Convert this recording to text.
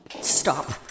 Stop